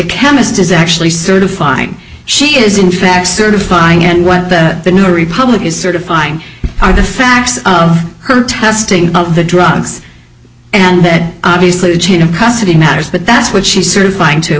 chemist is actually certified she is in fact certifying and what that the new republic is certifying are the facts of her testing of the drugs and that obviously the chain of custody matters but that's what she certifying to